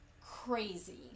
crazy